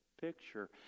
picture